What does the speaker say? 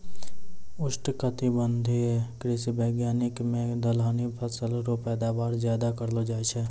उष्णकटिबंधीय कृषि वानिकी मे दलहनी फसल रो पैदावार ज्यादा करलो जाय छै